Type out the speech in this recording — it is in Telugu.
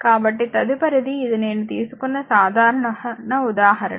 కాబట్టి తదుపరిది ఇది నేను తీసుకున్న సాధారణ ఉదాహరణ